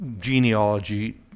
genealogy